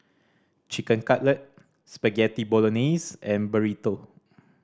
Chicken Cutlet Spaghetti Bolognese and Burrito